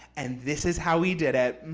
and this is how we did it,